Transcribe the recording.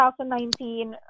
2019